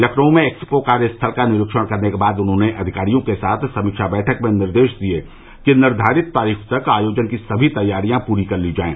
लखनऊ में एक्सपो कार्य स्थल का निरीक्षण करने के बाद उन्होंने अधिकारियों के साथ समीक्षा बैठक में निर्देश दिये कि निर्धारित तारीख तक आयोजन की समी तैयारियां पूरी कर ली जायें